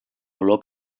olor